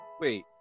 Wait